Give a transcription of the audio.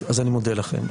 אז אני מודה לכם.